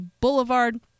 Boulevard